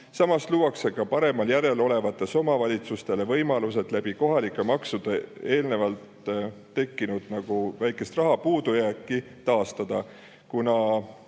Samas luuakse ka paremal järjel olevatele omavalitsustele võimalus kohalike maksude abil eelnevalt tekkinud väikest raha puudujääki taastada, kuna